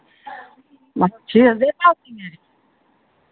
होती हैं